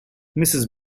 mrs